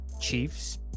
Chiefs